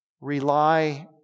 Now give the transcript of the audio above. rely